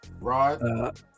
Rod